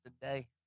today